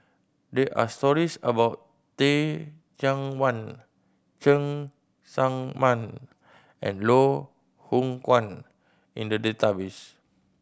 there are stories about Teh Cheang Wan Cheng Tsang Man and Loh Hoong Kwan In the database